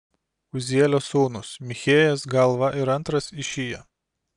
uzielio sūnūs michėjas galva ir antras išija